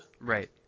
Right